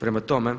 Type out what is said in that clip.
Prema tome,